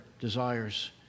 desires